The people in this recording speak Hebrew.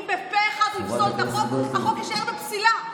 אם בפה אחד הוא יפסול את החוק, החוק יישאר בפסילה.